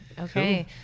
Okay